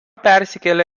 persikėlė